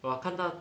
我看到